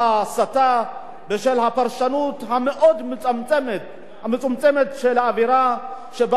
הפרשנות המאוד מצמצמת של האווירה שנוקטת מערכת אכיפת החוק,